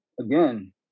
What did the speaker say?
again